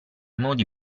modi